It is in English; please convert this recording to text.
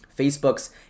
Facebook's